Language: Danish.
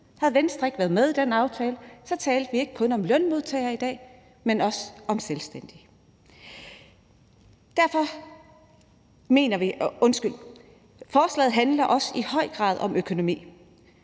Havde Venstre ikke været med i den aftale, talte vi ikke kun om lønmodtagere i dag, men også om selvstændige. Forslaget handler i høj grad også om økonomi.